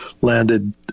landed